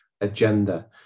agenda